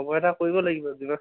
খবৰ এটা কৰিব লাগিব